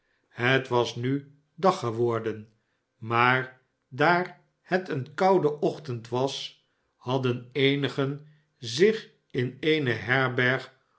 het was nu dag geworden maar daar het een koude ochtend was hadden eenigen zich in eene herberg